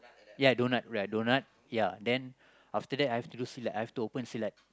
ya donut right donut ya then after that I've to do silat I've to open silat